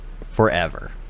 forever